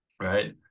right